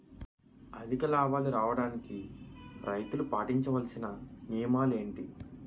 అధిక లాభాలు రావడానికి రైతులు పాటించవలిసిన నియమాలు ఏంటి